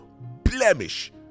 blemish